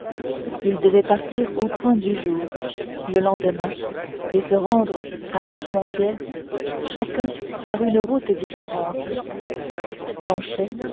ils devaient partir au point du jour le lendemain et se rendre à armentières chacun par une route différente planchet